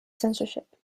censorship